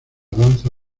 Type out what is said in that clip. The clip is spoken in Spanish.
danza